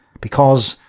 because,